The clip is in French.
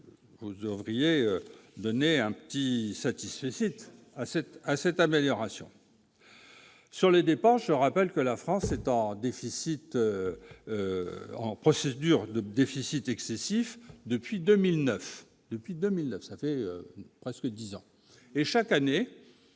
vous devriez donner un petit satisfecit à cette à cette amélioration sur les dépenses, je rappelle que la France est en déficit en procédure de déficit excessif depuis 2009 depuis 2009, ça fait presque 10 ans et chaque année